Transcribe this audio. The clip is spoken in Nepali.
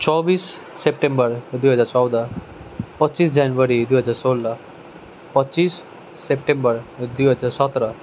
चौबिस सेप्टेम्बर दुई हजार चौध पच्चिस जनवारी दुई हजार सोह्र पच्चिस सेप्टेम्बर दुई हजार सत्र